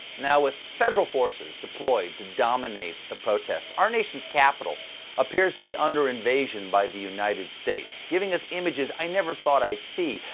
now, with federal forces deployed to dominate the protests, our nation's capital appears to be under invasion by the united states, giving us images i never thought i'd see,